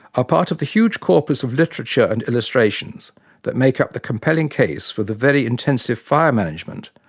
ah part of the huge corpus of literature and illustrations that make up the compelling case for the very intensive fire-management,